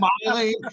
smiling